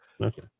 Okay